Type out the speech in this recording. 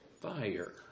fire